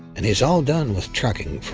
and he's all done with trucking for